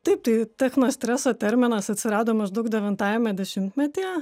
taip tai technostreso terminas atsirado maždaug devintajame dešimtmetyje